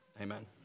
Amen